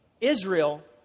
Israel